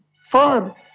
four